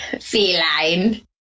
Feline